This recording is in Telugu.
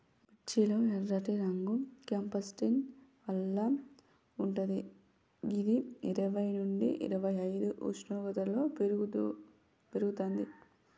మిర్చి లో ఎర్రటి రంగు క్యాంప్సాంటిన్ వల్ల వుంటది గిది ఇరవై నుండి ఇరవైఐదు ఉష్ణోగ్రతలో పెర్గుతది